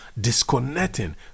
disconnecting